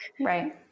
Right